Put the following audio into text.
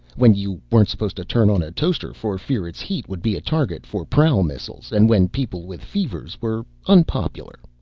when you weren't supposed to turn on a toaster for fear its heat would be a target for prowl missiles and when people with fevers were unpopular.